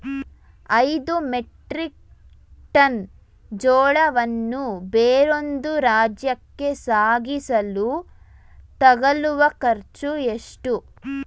ಐದು metric tonne ಜೋಳವನ್ನು ಬೇರೊಂದು ರಾಜ್ಯಕ್ಕೆ ಸಾಗಿಸಲು ತಗಲುವ ಖರ್ಚು ಎಷ್ಟು?